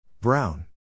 Brown